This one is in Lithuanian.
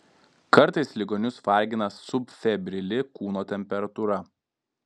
kartais ligonius vargina subfebrili kūno temperatūra